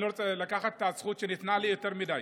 אני לא רוצה לקחת את הזכות שניתנה לי יותר מדי.